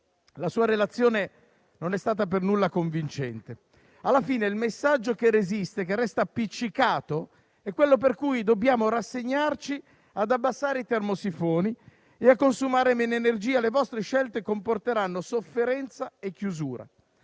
La sua relazione non è stata per nulla convincente, Ministro. Alla fine, il messaggio che resiste, che resta appiccicato è quello per cui dobbiamo rassegnarci ad abbassare i termosifoni e a consumare meno energia. Le vostre scelte comporteranno sofferenza e chiusure.